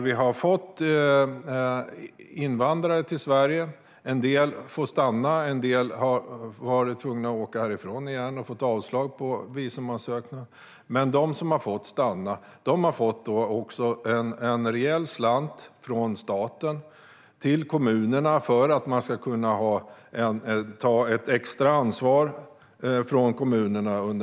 Vi har fått invandrare till Sverige - en del får stanna medan andra har fått avslag på sina visumansökningar och har varit tvungna att åka härifrån igen. Men för dem som har fått stanna har kommunerna fått en rejäl slant från staten för att kunna ta ett extra ansvar under denna tid.